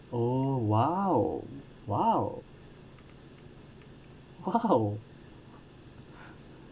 oh !wow! !wow! !wow!